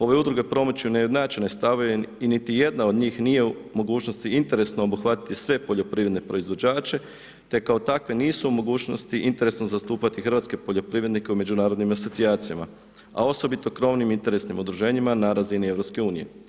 Ove udruge promiču neujednačene stavove i niti jedna od njih nije u mogućnosti interesno obuhvatiti sve poljoprivredne proizvođače te kao takve nisu u mogućnosti interesno zastupati hrvatske poljoprivrednike u međunarodnim asocijacijama a osobito krovnim interesnim udruženjima na razini EU.